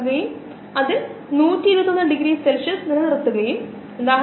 നമ്മൾ ഇപ്പോൾ അവ ഉപയോഗിക്കില്ല പക്ഷേ അവ എന്താണെന്ന് മനസിലാക്കാൻ നമ്മൾ ശ്രമിക്കും പിന്നീട് അവ ഉപയോഗിക്കുക